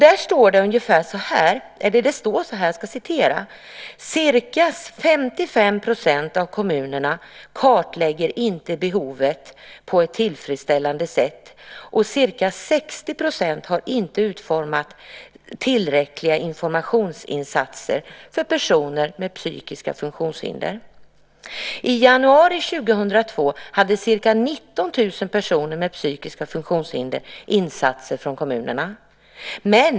Där står: "Ca 55 procent av kommunerna kartlägger inte behoven på ett tillfredsställande sätt och ca 60 procent har inte utformat tillräckliga informationsinsatser. - I januari 2002 hade ca 19 000 personer med psykiska funktionshinder insatser från kommunerna.